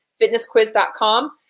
fitnessquiz.com